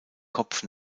kopf